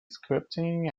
scripting